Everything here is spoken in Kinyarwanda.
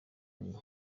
nti